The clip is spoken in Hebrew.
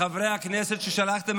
וחברי הכנסת ששלחתם,